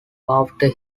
after